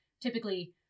typically